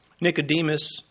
Nicodemus